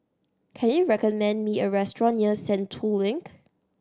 can you recommend me a restaurant near Sentul Link